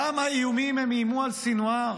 כמה איומים הם איימו על סנוואר